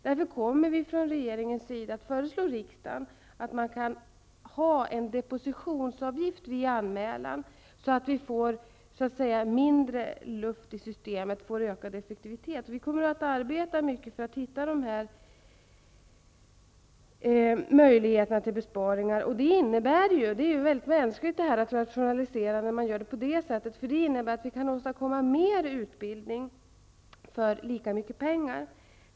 Därför kommer regeringen att föreslå riksdagen att det skall tas ut en depositionsavgift vid anmälan, så att det blir mindre luft i systemen och ökad effektivitet. Vi kommer att arbeta mycket för att hitta möjligheter till besparingar. Det är mänskligt att rationalisera när man gör på detta sätt, då det innebär att man kan åstadkomma mer utbildning för lika mycket pengar.